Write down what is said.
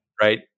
right